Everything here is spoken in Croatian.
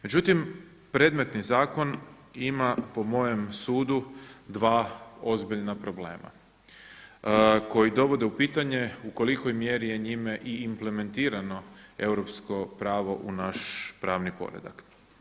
Međutim, predmetni zakon ima po mojem sudu dva ozbiljna problema koji dovode u pitanje u kolikoj mjeri njime i implementirano europsko pravo u naš pravni poredak.